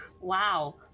Wow